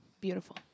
Beautiful